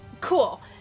cool